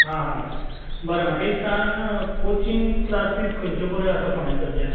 आं हा हा बरें म्हाका एक सांग कोचींग क्लासीस खंयच्यो बऱ्यो आसा फोंड्यान सद्द्या